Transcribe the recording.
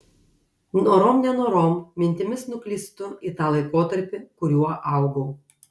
norom nenorom mintimis nuklystu į tą laikotarpį kuriuo augau